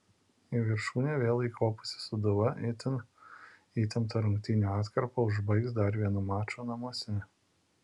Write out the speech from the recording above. į viršūnę vėl įkopusi sūduva itin įtemptą rungtynių atkarpą užbaigs dar vienu maču namuose